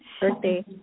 birthday